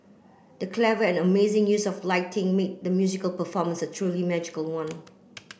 the clever and amazing use of lighting made the musical performance truly magical one